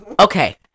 Okay